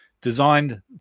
designed